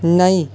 नेईं